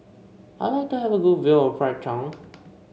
I would like to have a good view of Bridgetown